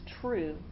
true